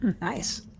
nice